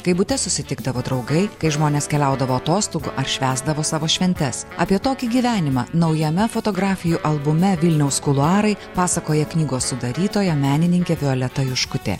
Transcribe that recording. kai bute susitikdavo draugai kai žmonės keliaudavo atostogų ar švęsdavo savo šventes apie tokį gyvenimą naujame fotografijų albume vilniaus kuluarai pasakoja knygos sudarytoja menininkė violeta juškutė